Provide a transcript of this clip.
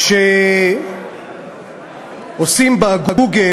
כשכותבים ב"גוגל"